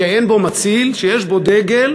שאין בו מציל, שיש בו דגל,